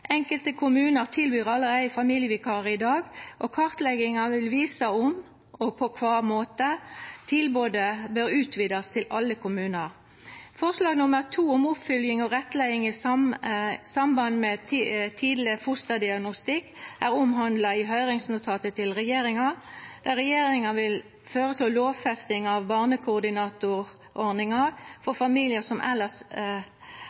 Enkelte kommunar tilbyr allereie i dag familievikar, og kartlegginga vil visa om og på kva måte tilbodet bør utvidast til alle kommunar. Forslag nr. 2, om oppfølging og rettleiing i samband med tidleg fosterdiagnostikk, er omhandla i høyringsnotatet til regjeringa, der regjeringa vil føreslå lovfesting av